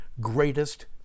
greatest